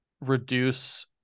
reduce